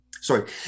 Sorry